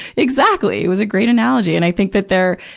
exactly. it was a great analogy. and i think that there're,